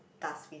dust bin